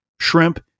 shrimp